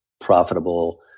profitable